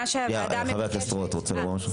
חבר הכנסת רוט, רצית לומר משהו?